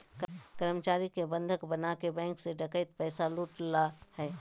कर्मचारी के बंधक बनाके बैंक से डकैत पैसा लूट ला हइ